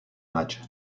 madge